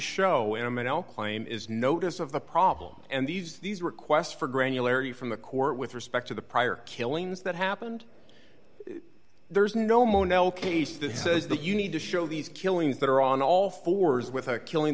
show m l claim is notice of the problem and these these requests for granularity from the court with respect to the prior killings that happened there's no mon el case that says that you need to show these killings that are on all fours with a killing